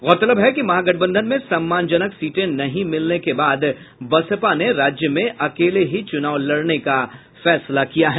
गौरतलब है कि महागठबंधन में सम्मानजन सीटें नहीं मिलने के बाद बसपा ने राज्य में अकेले ही चुनाव लड़ने का फैसला किया है